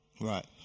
Right